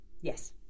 Yes